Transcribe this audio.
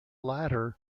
latter